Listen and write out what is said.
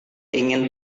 ingin